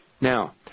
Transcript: Now